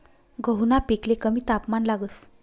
गहूना पिकले कमी तापमान लागस